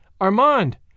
Armand